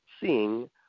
seeing